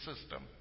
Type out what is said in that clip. system